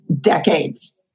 decades